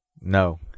No